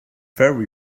very